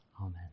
Amen